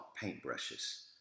paintbrushes